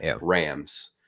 Rams